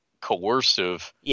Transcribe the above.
coercive